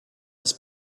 his